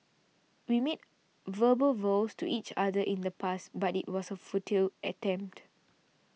we made verbal vows to each other in the past but it was a futile attempt